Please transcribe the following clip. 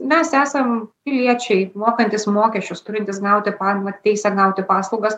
mes esam piliečiai mokantys mokesčius turintys gauti paramą teisę gauti paslaugas